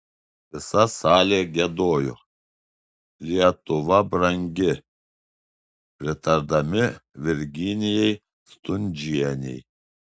visa salė giedojo lietuva brangi pritardami virginijai stundžienei